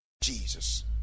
Jesus